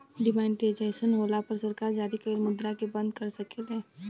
demonetisation होला पर सरकार जारी कइल मुद्रा के बंद कर सकेले